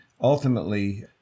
ultimately